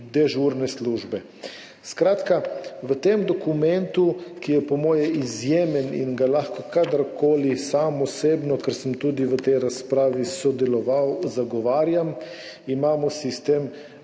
dežurne službe. Skratka, v tem dokumentu – ki je po mojem izjemen in ga lahko kadarkoli sam osebno, ker sem tudi v tej razpravi sodeloval, zagovarjam – imamo sistem